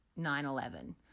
9-11